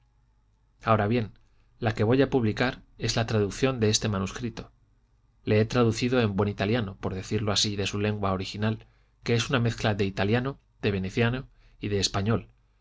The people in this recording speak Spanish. ahora bien la que voy a publicar es la traducción de este manuscrito le he traducido en buen italiano por decirlo así de su lengua original que es una mezcla de italiano de veneciano y de español